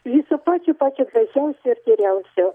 viso pačio pačio baisiausio ir geriausio